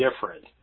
different